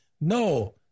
No